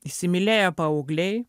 įsimylėję paaugliai